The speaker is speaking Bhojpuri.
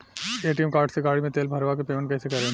ए.टी.एम कार्ड से गाड़ी मे तेल भरवा के पेमेंट कैसे करेम?